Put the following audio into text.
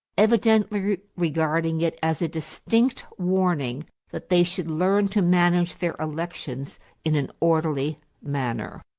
evidently regarding it as a distinct warning that they should learn to manage their elections in an orderly manner.